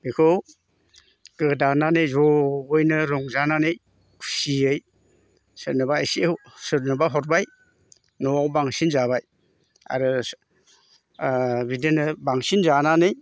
बेखौ गोदानानै जयैनो रंजानानै खुसियै सोरनोबा एसे सोरनोबा हरबाय नआव बांसिन जाबाय आरो बिदिनो बांसिन जानानै